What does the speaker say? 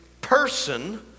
person